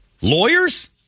Lawyers